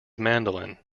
mandolin